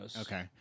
Okay